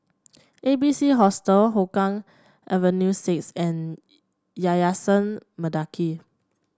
A B C Hostel Hougang Avenue six and Yayasan Mendaki